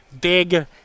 Big